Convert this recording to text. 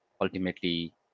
ultimately